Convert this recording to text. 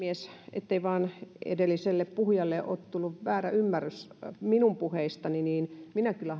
ettei vain edelliselle puhujalle ole tullut väärä ymmärrys minun puheistani minä kyllä